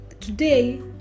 today